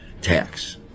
tax